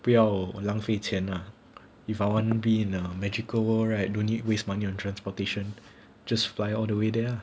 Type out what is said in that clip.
不要浪费钱 lah if I want to be in magical world right don't need waste money on transportation just fly all the way there ah